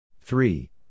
Three